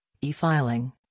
e-filing